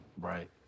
right